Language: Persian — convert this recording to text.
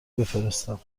بفرستم